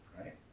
right